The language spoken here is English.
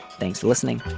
thanks for listening